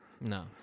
No